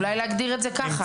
אולי להגדיר את זה כך.